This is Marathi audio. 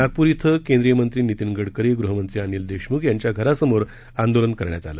नागप्र इथं केंद्रीय मंत्री नितीन गडकरी गृहमंत्री अनिल देशम्ख यांच्या घरासमोर आंदोलन करण्यात आलं